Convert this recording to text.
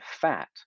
fat